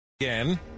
Again